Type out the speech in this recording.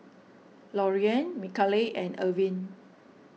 Loriann Micaela and Irvine